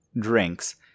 drinks